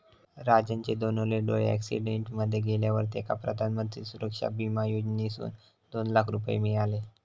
राजनचे दोनवले डोळे अॅक्सिडेंट मध्ये गेल्यावर तेका प्रधानमंत्री सुरक्षा बिमा योजनेसून दोन लाख रुपये मिळाले